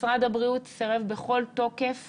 משרד הבריאות סירב בכל תוקף